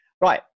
Right